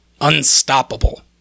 unstoppable